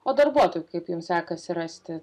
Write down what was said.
o darbuotojų kaip jums sekasi rasti